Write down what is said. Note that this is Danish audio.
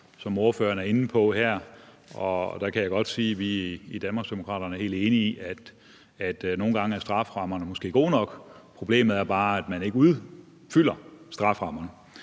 som ordføreren var inde på, og der kan jeg godt sige, at vi i Danmarksdemokraterne er helt enige i, at strafferammerne måske nogle gange er gode nok. Problemet er bare, at man ikke udfylder strafferammerne.